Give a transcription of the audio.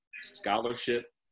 scholarship